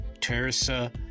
Teresa